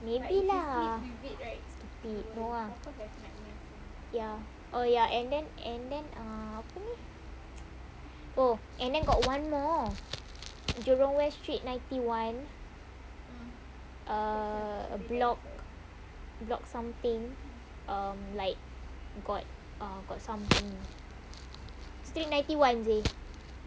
maybe lah stupid ya oh ya and then and then err apa ni oh and then got one more jurong west street ninety one err block block something um like got got something street ninety one seh